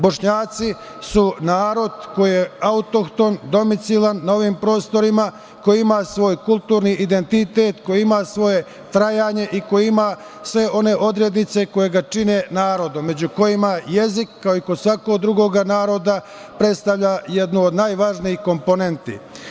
Bošnjaci su narod koji je autohton, domicilan na ovim prostorima, koji ima svoj kulturan identitet, koji ima svoje trajanje i koji ima sve one odrednice koje ga čine narodom, među kojima i jezik, koji kao i kod svakog drugog naroda predstavlja jednu od najvažnijih komponenti.